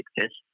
success